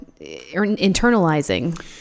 internalizing